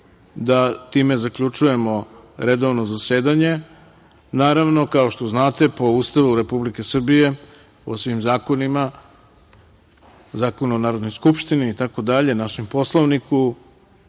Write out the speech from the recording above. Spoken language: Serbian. Time zaključujemo redovno zasedanje. Naravno, kao što znate, po Ustavu Republike Srbije, po svim zakonima, Zakon o Narodnoj skupštini, itd., našem Poslovniku,